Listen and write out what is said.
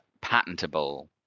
patentable